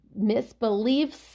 misbeliefs